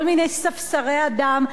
כל מיני ספסרי אדם,